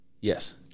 Yes